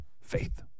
Faith